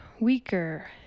weaker